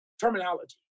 terminology